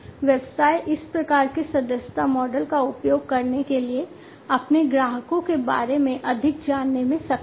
व्यवसाय इस प्रकार के सदस्यता मॉडल का उपयोग करने के लिए अपने ग्राहकों के बारे में अधिक जानने में सक्षम हैं